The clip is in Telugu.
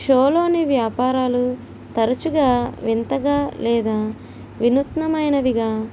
షోలోని వ్యాపారాలు తరచుగా వింతగా లేదా వినూత్నమైనదిగా